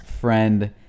friend